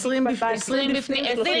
20 בפנים, 30 בחוץ.